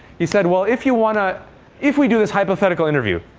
he said well, if you want to if we do this hypothetical interview,